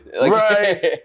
Right